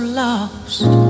lost